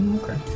Okay